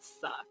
suck